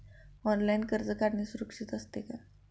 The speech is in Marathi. ऑनलाइन कर्ज काढणे सुरक्षित असते का?